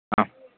ह